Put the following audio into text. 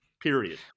period